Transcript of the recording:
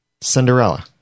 Cinderella